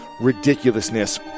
ridiculousness